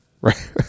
right